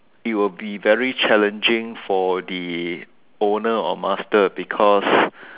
it will be very challenging for the owner or master because